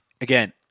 Again